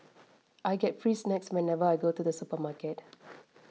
I get free snacks whenever I go to the supermarket